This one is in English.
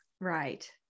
Right